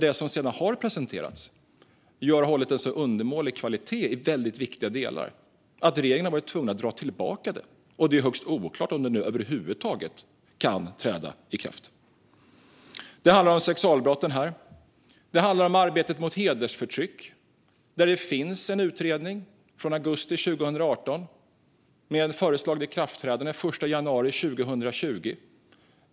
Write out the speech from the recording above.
Det som har presenterats har hållit en så undermålig kvalitet i väldigt viktiga delar att regeringen har varit tvungen att dra tillbaka det. Och det är högst oklart om det över huvud taget kan träda i kraft. Det handlar om sexualbrotten. Det handlar också om arbetet mot hedersförtryck, där det finns en utredning från augusti 2018 med ett föreslaget ikraftträdande den 1 januari 2020.